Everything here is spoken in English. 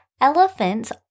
Elephants